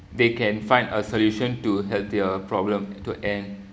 they can find a solution to help their problem to end